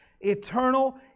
eternal